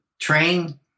train